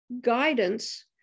guidance